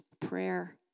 prayer